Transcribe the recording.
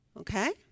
Okay